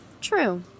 True